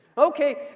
Okay